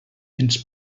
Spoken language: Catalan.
ens